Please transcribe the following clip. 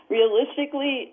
Realistically